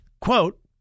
Quote